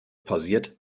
pausiert